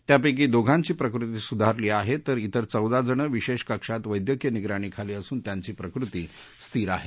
त्यापक्री दोघांची प्रकृती सुधारली आहे तर तिर चौदाजण विशेष कक्षात वद्यक्तीय निगराणीखाली असून त्यांची प्रकृती स्थिर आहे